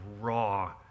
raw